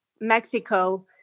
Mexico